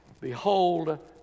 Behold